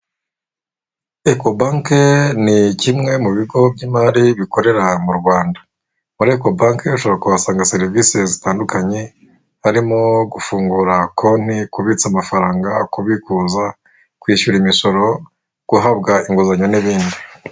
Eko banke ni kimwe mu bigo by'imari bikorera mu Rwanda, muri eko banki, ushobora kuhasanga serivisi zitandukanye harimo gufungura konti, kubitsa amafaranga, kubikuza kwishyura imisoro, guhabwa inguzanyo n'ibindi.